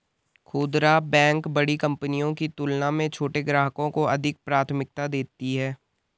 खूदरा बैंक बड़ी कंपनियों की तुलना में छोटे ग्राहकों को अधिक प्राथमिकता देती हैं